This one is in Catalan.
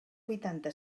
vuitanta